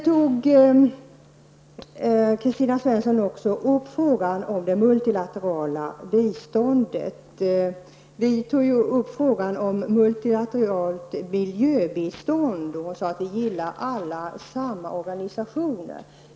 Vi tog upp frågan om det multilaterala miljöbiståndet, och Kristina Svensson sade att vi gillar alla samma organisationer.